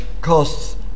costs